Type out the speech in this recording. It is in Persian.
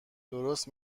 درست